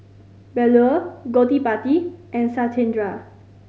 Bellur Gottipati and Satyendra